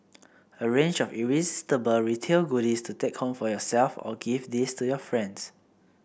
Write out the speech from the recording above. a range of irresistible retail goodies to take home for yourself or gift these to your friends